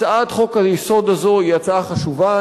הצעת חוק-היסוד הזו היא הצעה חשובה.